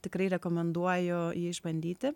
tikrai rekomenduoju jį išbandyti